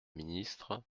ministre